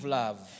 love